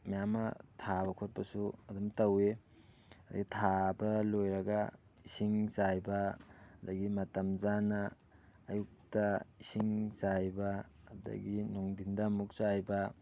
ꯃꯌꯥꯝ ꯑꯃ ꯊꯥꯕ ꯈꯣꯠꯄꯁꯨ ꯑꯗꯨꯝ ꯇꯧꯋꯤ ꯑꯗꯩ ꯊꯥꯕ ꯂꯣꯏꯔꯒ ꯏꯁꯤꯡ ꯆꯥꯏꯕ ꯑꯗꯒꯤ ꯃꯇꯝ ꯆꯥꯅ ꯑꯌꯨꯛꯇ ꯏꯁꯤꯡ ꯆꯥꯏꯕ ꯑꯗꯒꯤ ꯅꯨꯡꯊꯤꯟꯗ ꯑꯃꯨꯛ ꯆꯥꯏꯕ